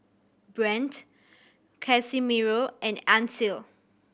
Brandt Casimiro and Ancil